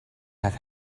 have